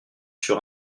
sur